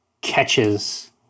catches